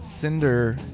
Cinder